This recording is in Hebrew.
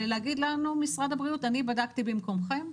ולהגיד לנו: משרד הבריאות, אני בדקתי במקומכם,